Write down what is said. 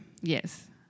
Yes